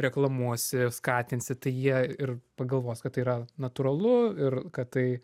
reklamuosi skatinsi tai jie ir pagalvos kad tai yra natūralu ir kad tai